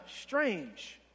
strange